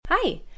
Hi